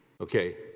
okay